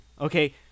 Okay